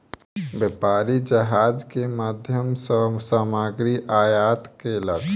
व्यापारी जहाज के माध्यम सॅ सामग्री आयात केलक